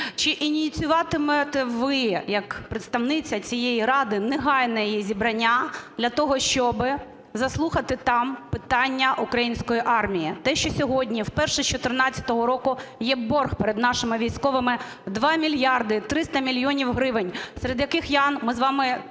Чи ініціюватимете ви як представниця цієї ради негайне її зібрання для того, щоб заслухати там питання української армії? Те, що сьогодні вперше з 2014 року є борг перед нашими військовими 2 мільярди 300 мільйонів гривень. Серед яких, Яна, ми з вами